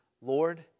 Lord